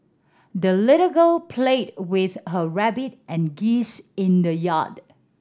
the little girl played with her rabbit and geese in the yard